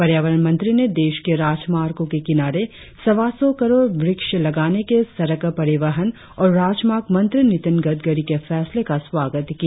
पर्यावरण मंत्री ने देश के राजमार्गों के किनारे सवा सौ करोड़ वक्ष लगाने के सड़क परिवहन और राजमार्ग मंत्री नीतिन गडकरी के फैसले का स्वागत किया